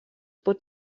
pot